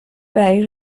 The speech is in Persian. برای